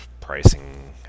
Pricing